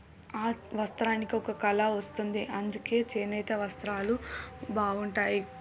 ఆ వస్త్రానికి ఒక కళ వస్తుంది అందుకే చేనేత వస్త్రాలు బాగుంటాయి